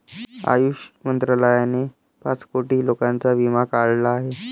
आयुष मंत्रालयाने पाच कोटी लोकांचा विमा काढला आहे